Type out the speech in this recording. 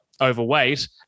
overweight